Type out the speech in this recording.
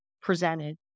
presented